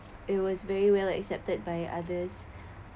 it was very well accepted by others